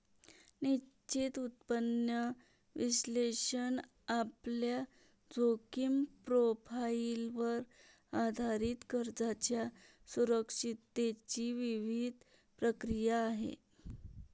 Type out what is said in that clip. निश्चित उत्पन्न विश्लेषण आपल्या जोखीम प्रोफाइलवर आधारित कर्जाच्या सुरक्षिततेची विहित प्रक्रिया आहे